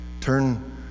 turn